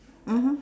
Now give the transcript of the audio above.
mmhmm